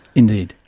indeed.